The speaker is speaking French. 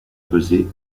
pesé